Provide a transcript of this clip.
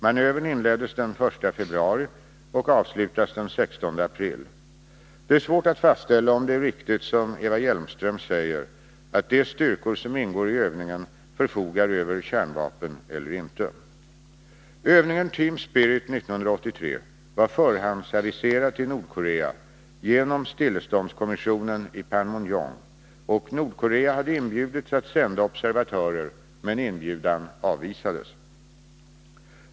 Manövern inleddes den 1 februari och avslutas den 16 april. Det är svårt att fastställa om det är riktigt som Eva Hjelmström säger, att de styrkor som ingår i övningen förfogar över kärnvapen. Övningen ”Team Spirit 1983” var förhandsaviserad till Nordkorea genom stilleståndskommissionen i Panmunjom, och Nordkorea hade inbjudits att sända observatörer, men inbjudan avvisades.